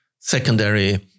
secondary